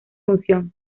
función